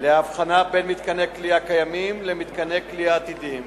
להבחנה בין מתקני כליאה קיימים למתקני כליאה עתידיים.